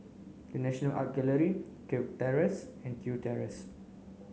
the National Art Gallery Kirk Terrace and Kew Terrace